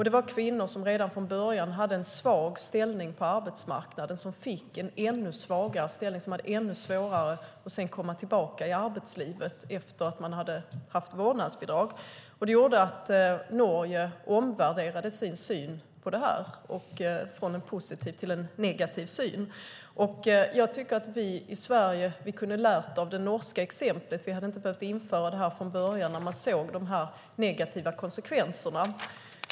Det var kvinnor som redan från början hade en svag ställning på arbetsmarknaden som fick en ännu svagare ställning och som hade ännu svårare att sedan komma tillbaka till arbetslivet efter att de hade fått vårdnadsbidrag. Det gjorde att man i Norge omvärderade sin syn på detta, från en positiv syn till en negativ syn. Jag tycker att vi i Sverige kunde ha lärt av det norska exemplet. Vi hade inte behövt införa detta från början när vi såg de negativa konsekvenserna.